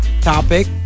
topic